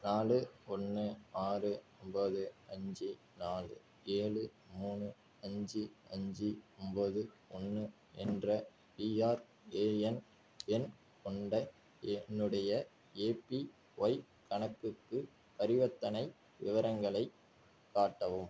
நாலு ஒன்று ஆறு ஒம்பது அஞ்சு நாலு ஏழு மூணு அஞ்சு அஞ்சு ஒம்பது ஒன்று என்ற பிஆர்ஏஎன் எண் கொண்ட என்னுடைய ஏபிஒய் கணக்குக்கு பரிவர்த்தனை விவரங்களைக் காட்டவும்